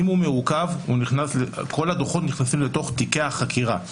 אם הוא מעוכב, כל הדוחות נכנסים לתיקי החקירה.